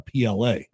PLA